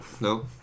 No